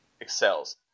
excels